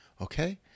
okay